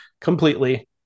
completely